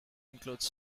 includes